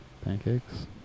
pancakes